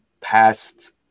past –